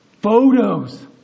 Photos